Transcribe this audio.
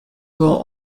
will